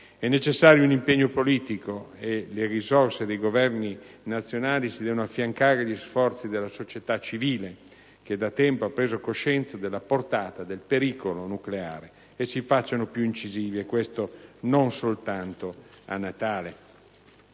È necessario che l'impegno politico e le risorse dei Governi nazionali si affianchino agli sforzi della società civile, che da tempo ha preso coscienza della portata del pericolo nucleare, e si facciano più incisivi, e questo non soltanto a Natale.